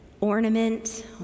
ornament